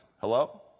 Hello